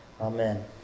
Amen